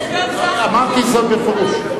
סגן שר, אמרתי זאת בפירוש.